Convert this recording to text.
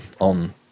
on